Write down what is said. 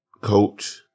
coach